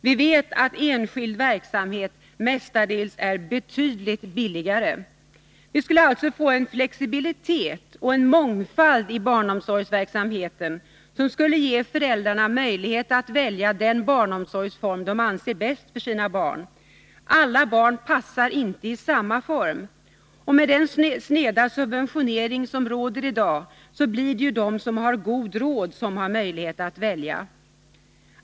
Vi vet att enskild verksamhet mestadels är betydligt billigare. Vi skulle alltså få en flexibilitet och mångfald i barnomsorgsverksamheten som skulle ge föräldrarna möjlighet att välja den barnomsorgsform de anser bäst för sina barn. Alla barn passar inte i samma form. Med den sneda subventionering vi har i dag blir det de som har god råd som har möjlighet att välja.